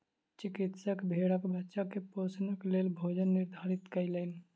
चिकित्सक भेड़क बच्चा के पोषणक लेल भोजन निर्धारित कयलैन